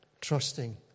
trusting